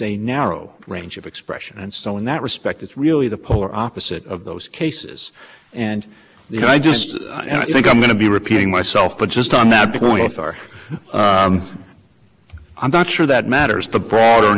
a narrow range of expression and so in that respect it's really the polar opposite of those cases and the i just and i think i'm going to be repeating myself but just on that point are i'm not sure that matters the broader